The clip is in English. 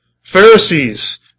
Pharisees